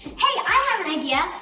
hey i have an idea!